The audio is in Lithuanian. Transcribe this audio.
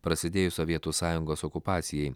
prasidėjus sovietų sąjungos okupacijai